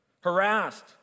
harassed